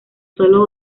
sólo